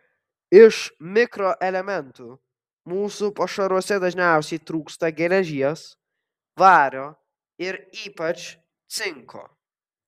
iš mikroelementų mūsų pašaruose dažniausiai trūksta geležies vario ir ypač cinko